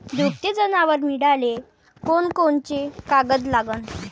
दुभते जनावरं मिळाले कोनकोनचे कागद लागन?